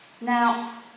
Now